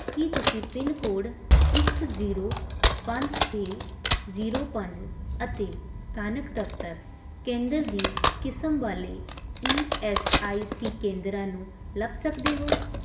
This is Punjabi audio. ਕੀ ਤੁਸੀਂ ਪਿੰਨ ਕੋਡ ਇੱਕ ਜ਼ੀਰੋ ਪੰਜ ਛੇ ਜ਼ੀਰੋ ਪੰਜ ਅਤੇ ਸਥਾਨਕ ਦਫ਼ਤਰ ਕੇਂਦਰ ਦੀ ਕਿਸਮ ਵਾਲੇ ਈ ਐੱਸ ਆਈ ਸੀ ਕੇਂਦਰਾਂ ਨੂੰ ਲੱਭ ਸਕਦੇ ਹੋ